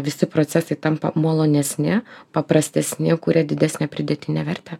visi procesai tampa malonesni paprastesni kurią didesnę pridėtinę vertę